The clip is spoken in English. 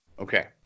okay